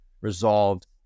resolved